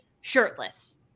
shirtless